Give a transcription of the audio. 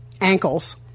ankles